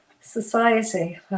society